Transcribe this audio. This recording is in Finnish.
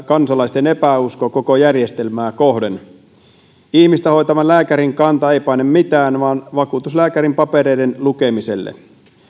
kansalaisten epäusko koko järjestelmää kohtaan aivan ymmärrettävä ihmistä hoitavan lääkärin kanta ei paina mitään vaan vakuutuslääkärin papereidenlukeminen